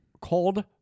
called